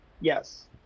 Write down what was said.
yes